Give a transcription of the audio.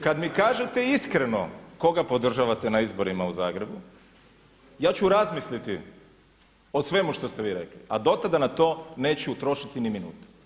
Kada mi kažete iskreno koga podržavate na izborima u Zagrebu ja ću razmisliti o svemu što ste vi rekli a do tada na to neću trošiti ni minute.